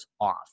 off